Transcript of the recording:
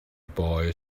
boy